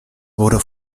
wurde